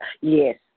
Yes